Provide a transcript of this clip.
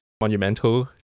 monumental